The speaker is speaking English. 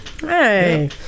Hey